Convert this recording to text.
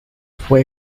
fue